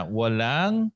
walang